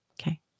Okay